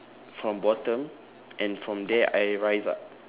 from bottom and from there I rise up